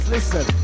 Listen